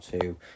two